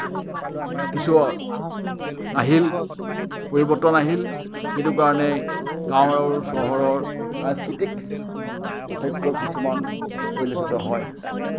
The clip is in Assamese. কিছু আহিল পৰিৱৰ্তন আহিল সেইটো কাৰণেই গাঁও আৰু চহৰৰ সাংস্কৃতিক পাৰ্থক্য কিছুমান পৰিলক্ষিত হয়